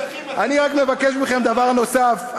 אני רק מבקש מכם דבר נוסף,